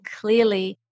clearly